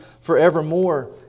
forevermore